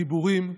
חיבורים,